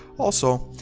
also,